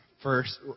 First